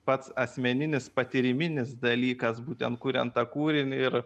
pats asmeninis patyriminis dalykas būtent kuriant tą kūrinį ir